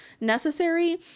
necessary